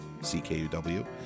CKUW